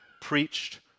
preached